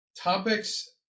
topics